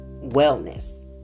wellness